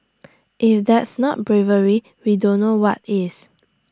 if that's not bravery we don't know what is